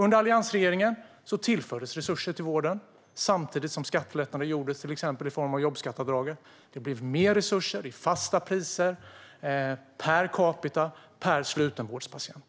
Under alliansregeringens tid tillfördes resurser till vården samtidigt som skattelättnader gjordes till exempel i form av jobbskatteavdragen. Det blev mer resurser i fasta priser per capita per slutenvårdspatient.